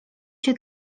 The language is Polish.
się